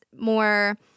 more